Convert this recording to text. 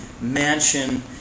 mansion